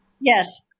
Yes